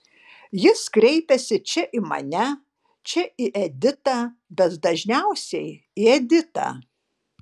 jis kreipiasi čia į mane čia į editą bet dažniausiai į editą